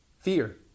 Fear